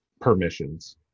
permissions